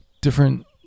different